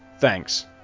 Thanks